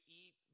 eat